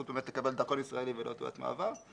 באמת לקבל דרכון ישראלי ולא תעודת מעבר.